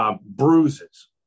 Bruises